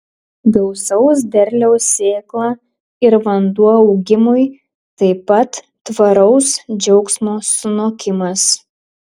gausaus derliaus sėkla ir vanduo augimui taip pat tvaraus džiaugsmo sunokimas